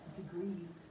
degrees